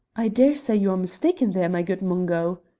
i daresay you are mistaken there, my good mungo.